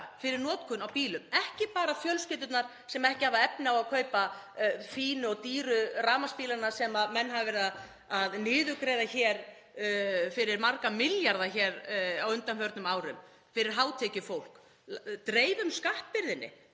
fyrir notkun á bílum, ekki bara fjölskyldurnar sem ekki hafa efni á að kaupa fínu og dýru rafmagnsbílana sem menn hafa verið að niðurgreiða hér fyrir marga milljarða á undanförnum árum fyrir hátekjufólk. Dreifum skattbyrðinni.